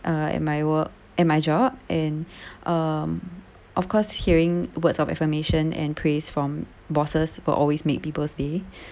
uh at my work at my job and um of course hearing words of affirmation and praise from bosses will always make people's day